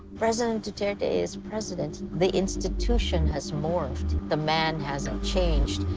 president duterte is president. the institution has morphed. the man hasn't changed,